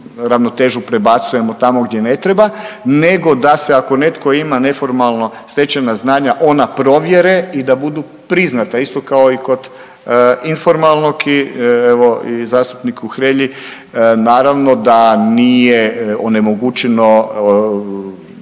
ravnotežu prebacujemo tamo gdje ne treba, nego da se ako netko ima neformalno stečena znanja ona provjere i da budu priznata isto kao i kod informalnog i evo zastupniku Hrelji naravno da nije onemogućeno građanima